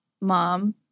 mom—